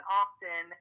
often